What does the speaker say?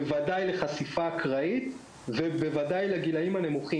בוודאי לחשיפה אקראית ובוודאי לגילים הנמוכים.